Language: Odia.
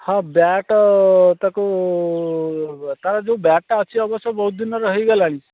ହଁ ବ୍ୟାଟ୍ ତାକୁ ତା'ର ଯେଉଁ ବ୍ୟାଟ୍ଟା ଅଛି ଅବଶ୍ୟ ବହୁତ ଦିନର ହେଇଗଲାଣି